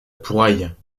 pouraille